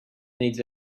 needs